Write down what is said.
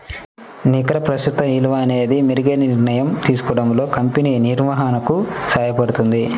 నికర ప్రస్తుత విలువ అనేది మెరుగైన నిర్ణయం తీసుకోవడంలో కంపెనీ నిర్వహణకు సహాయపడుతుంది